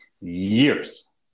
Years